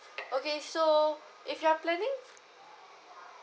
okay so if you're planning